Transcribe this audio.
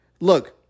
Look